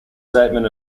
statement